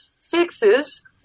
fixes